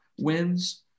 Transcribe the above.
wins